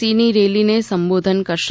સીની રેલીને સંબોધન કરશે